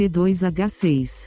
C2H6